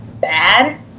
bad